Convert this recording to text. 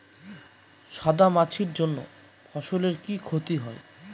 সাদা মাছির জন্য ফসলের কি ক্ষতি হয়?